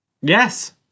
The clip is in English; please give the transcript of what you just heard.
Yes